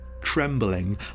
trembling